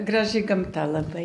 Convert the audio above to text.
graži gamta labai